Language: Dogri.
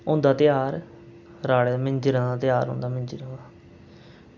होंदा ध्यार राह्ड़े मिंजरां ध्यार होंदा मिंज़रां